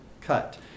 cut